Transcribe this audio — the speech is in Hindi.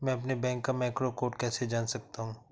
मैं अपने बैंक का मैक्रो कोड कैसे जान सकता हूँ?